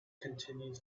continues